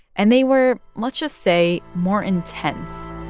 and they were, let's just say, more intense